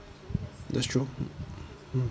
that's true mm